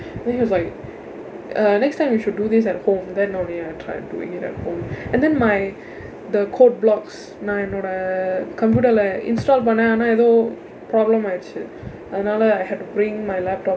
then he was like err next time you should do this at home then only I tried doing it at home and then my the code blocks நான் என்னோட:naan ennoda computer இல்ல:illa install பண்ணேன் ஆனா ஏதோ:pannen aanaa aethoo problem ஆயிருச்சு அதனால:aayiruchu athanaala I had to bring my laptop